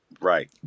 right